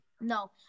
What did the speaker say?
no